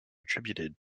attributed